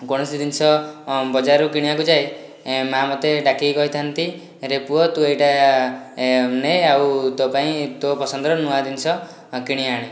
କୌଣସି ଜିନିଷ ବଜାରରୁ କିଣିବାକୁ ଯାଏ ମାଆ ମୋତେ ଡାକିକି କହିଥାନ୍ତି ଆରେ ପୁଅ ତୁ ଏଇଟା ନେ ଆଉ ତୋ' ପାଇଁ ତୋ' ପସନ୍ଦର ନୂଆ ଜିନିଷ କିଣିଆଣ୍